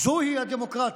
זוהי הדמוקרטיה.